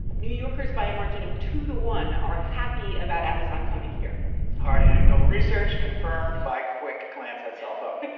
new yorkers, by a margin of two to one, are happy about amazon coming here hard anecdotal research confirmed by quick glance at cellphone